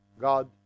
God